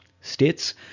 states